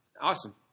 awesome